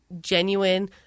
genuine